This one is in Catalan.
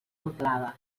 amplada